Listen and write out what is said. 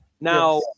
now